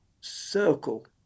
circle